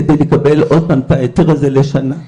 כדי לקבל עוד פעם את ההיתר הזה לשנה.